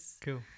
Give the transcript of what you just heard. cool